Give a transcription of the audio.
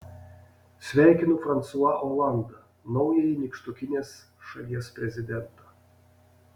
sveikinu fransua olandą naująjį nykštukinės šalies prezidentą